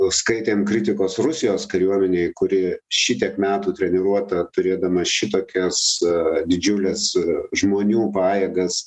skaitėm kritikos rusijos kariuomenei kuri šitiek metų treniruota turėdama šitokias e didžiules e žmonių pajėgas